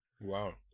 Wow